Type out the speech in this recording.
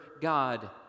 God